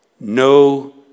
No